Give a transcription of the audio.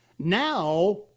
Now